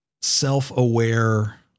self-aware